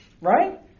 Right